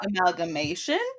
Amalgamation